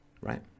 right